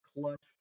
clutch